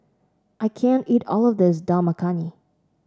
I can't eat all of this Dal Makhani